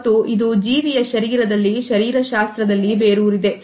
ಮತ್ತು ಇದು ಜೀವಿಯ ಶರೀರದಲ್ಲಿ ಶರೀರಶಾಸ್ತ್ರದಲ್ಲಿ ಬೇರೂರಿದೆ